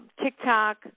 TikTok